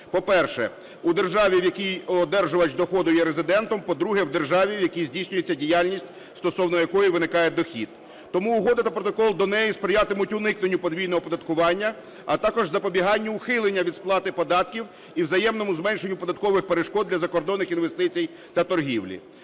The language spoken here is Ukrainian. по-перше, у державі, в якій одержувач доходу є резидентом; по-друге, у державі, в якій здійснюється діяльність, стосовно якої виникає дохід. Тому угода та протокол до неї сприятимуть уникненню подвійного оподаткування, а також запобіганню ухиленню від сплати податків і взаємному зменшенню податкових перешкод для закордонних інвестицій та торгівлі.